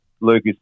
Lucas